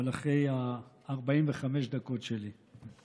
אבל אחרי 45 הדקות שלי.